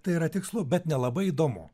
tai yra tikslu bet nelabai įdomu